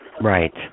Right